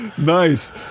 Nice